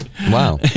Wow